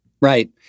Right